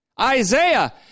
Isaiah